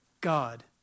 God